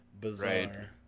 bizarre